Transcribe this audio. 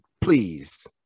please